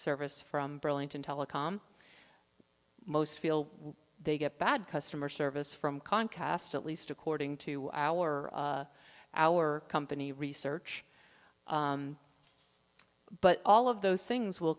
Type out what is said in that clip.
service from burlington telecom most feel they get bad customer service from comcast at least according to our our company research but all of those things will